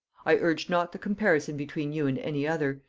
i urged not the comparison between you and any other,